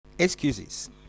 Excuses